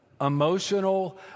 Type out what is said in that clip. emotional